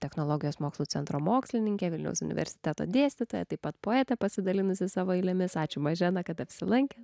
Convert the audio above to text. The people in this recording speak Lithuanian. technologijos mokslų centro mokslininkė vilniaus universiteto dėstytoja taip pat poete pasidalinusi savo eilėmis ačiū mažena kad apsilankė